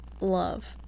Love